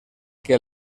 que